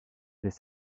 les